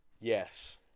Yes